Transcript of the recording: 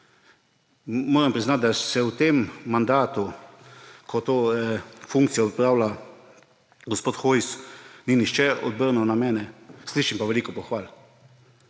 Moram priznati, da se v tem mandatu, ko to funkcijo opravlja gospod Hojs, ni nihče obrnil na mene, slišim pa veliko pohval,